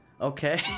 okay